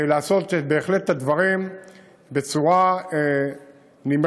לעשות בהחלט את הדברים בצורה נמרצת.